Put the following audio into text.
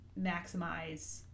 maximize